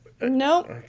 Nope